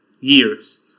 years